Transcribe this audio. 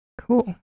Cool